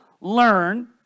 learn